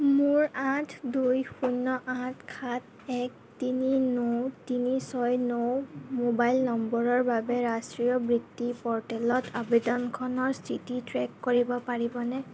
মোৰ আঠ দুই শূন্য আঠ সাত এক তিনি ন তিনি ছয় ন মোবাইল নম্বৰৰ বাবে ৰাষ্ট্ৰীয় বৃত্তি প'ৰ্টেলত আবেদনখনৰ স্থিতি ট্ৰে'ক কৰিব পাৰিবনে